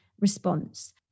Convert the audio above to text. response